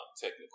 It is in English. technical